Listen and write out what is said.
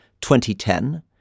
2010